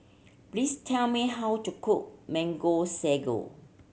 please tell me how to cook Mango Sago